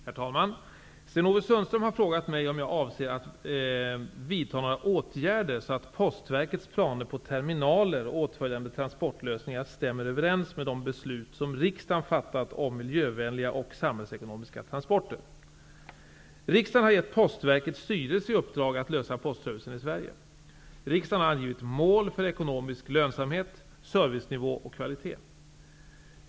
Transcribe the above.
Herr talman! Sten-Ove Sundström har frågat mig om jag avser att vidta några åtgärder så att Postverkets planer på terminaler och åtföljande transportlösningar stämmer överens med de beslut som riksdagen har fattat om miljövänliga och samhällsekonomiska transporter. Riksdagen har givit Postverkets styrelse i uppdrag att lösa postservicen i Sverige. Riksdagen har angivit mål för ekonomisk lönsamhet, servicenivå och kvalitet.